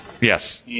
Yes